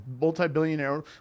multi-billionaire